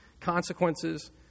consequences